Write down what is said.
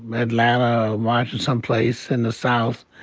atlanta or marching someplace in the south,